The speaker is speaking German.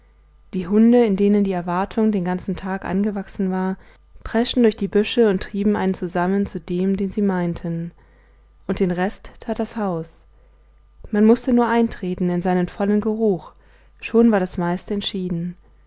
die hunde in denen die erwartung den ganzen tag angewachsen war preschten durch die büsche und trieben einen zusammen zu dem den sie meinten und den rest tat das haus man mußte nur eintreten in seinen vollen geruch schon war das meiste entschieden